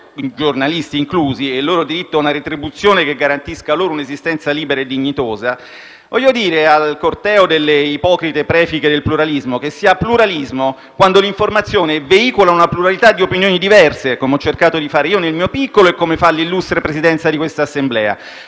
giornalisti inclusi, e il loro diritto a una retribuzione che garantisca loro un'esistenza libera e dignitosa, voglio dire al corteo delle ipocrite prefiche del pluralismo, che si ha pluralismo quando l'informazione veicola una pluralità di opinioni diverse, come ho cercato di fare io nel mio piccolo e come fa l'illustre Presidenza di questa Assemblea,